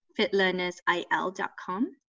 fitlearnersil.com